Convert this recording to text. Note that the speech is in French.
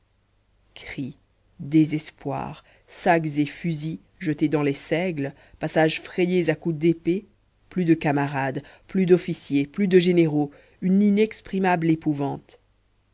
cris désespoir sacs et fusils jetés dans les seigles passages frayés à coups d'épée plus de camarades plus d'officiers plus de généraux une inexprimable épouvante